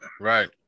Right